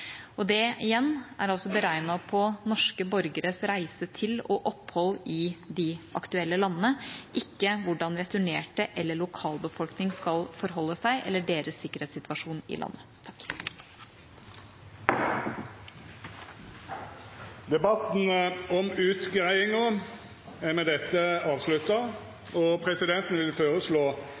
og det er – igjen – altså beregnet på norske borgeres reise til og opphold i de aktuelle landene, ikke hvordan returnerte eller lokalbefolkningen skal forholde seg, eller deres sikkerhetssituasjon i landet. Debatten om utgreiinga er med dette avslutta, og presidenten vil føreslå